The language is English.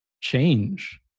change